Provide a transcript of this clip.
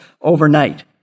overnight